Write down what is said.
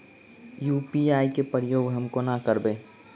UPI केँ प्रयोग हम कोना करबे?